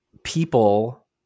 people